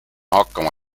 hakkama